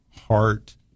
heart